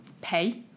pay